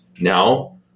now